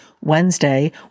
Wednesday